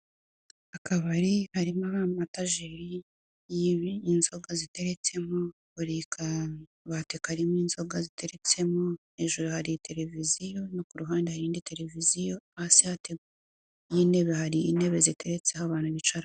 Akabari harimo amatageri y'inzoga ziteretsemo, buri kabati karimo inzoga ziteretsemo, hejuru hari televiziyo no ku ruhande hariri indi televiziyo, hasi y'intebe hari intebe ziteretseho abantu bicaraho.